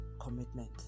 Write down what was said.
commitment